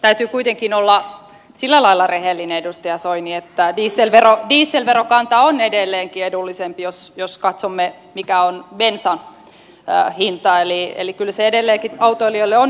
täytyy kuitenkin olla sillä lailla rehellinen edustaja soini että dieselverokanta on edelleenkin edullisempi jos katsomme mikä on bensan hinta eli kyllä se edelleenkin autoilijoille on edullisempi